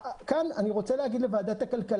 לא עמדנו בזה.